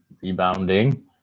rebounding